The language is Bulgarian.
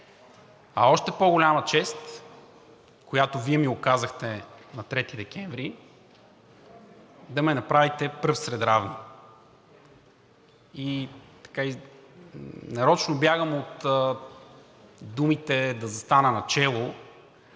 А още по голяма чест, която Вие ми оказахте на 3 декември, е да ме направите пръв сред равни. Нарочно бягам от думите „да застана начело“,